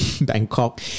Bangkok